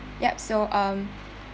ya so um